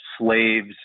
slaves